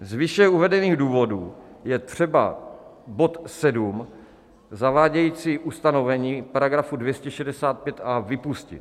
Z výše uvedených důvodů je třeba bod 7 zavádějící ustanovení § 265a vypustit.